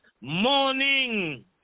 morning